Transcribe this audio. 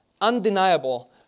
undeniable